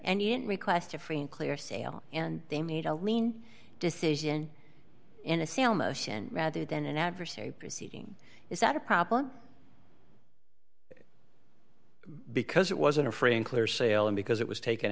yet request a free and clear sale and they made a lien decision in a sale motion rather than an adversary proceeding is that a problem because it wasn't a free and clear sailing because it was taken